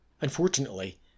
Unfortunately